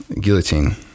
guillotine